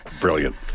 brilliant